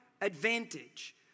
advantage